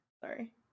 sorry